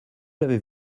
l’avez